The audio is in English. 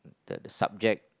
the the subject